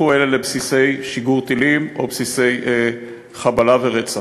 הפכו אלה לבסיסי שיגור טילים או בסיסי חבלה ורצח.